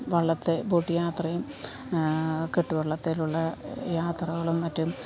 വള്ളത്തെ boat യാത്രയും കെട്ടുവള്ളത്തിലുള്ള യാത്രകളും മറ്റും